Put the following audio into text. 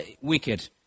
wicked